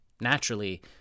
Naturally